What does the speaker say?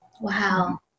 Wow